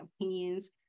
opinions